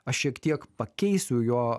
aš šiek tiek pakeisiu jo